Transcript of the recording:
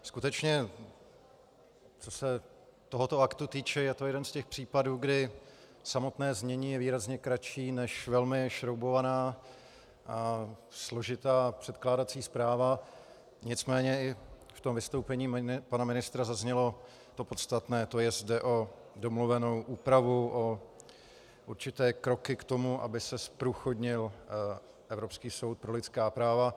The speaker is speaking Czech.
Skutečně, co se tohoto aktu týče, je to jeden z těch případů, kdy samotné znění je výrazně kratší než velmi šroubovaná a složitá předkládací zpráva, nicméně i ve vystoupení pana ministra zaznělo to podstatné, že jde o domluvenou úpravu, o určité kroky k tomu, aby se zprůchodnil Evropský soud pro lidská práva.